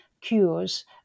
cures